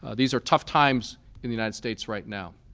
these are tough times in the united states right now.